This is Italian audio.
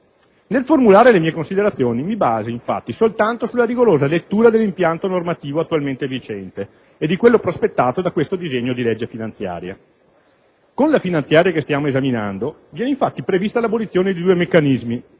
Nel formulare le mie considerazioni, mi baso infatti soltanto sulla rigorosa lettura dell'impianto normativo attualmente vigente e di quello prospettato da questo disegno di legge finanziaria. Con la finanziaria che stiamo esaminando viene, infatti, prevista l'abolizione di due meccanismi